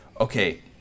okay